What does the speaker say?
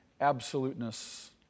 absoluteness